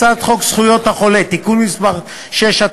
הצעת חוק זכויות החולה (תיקון מס' 6),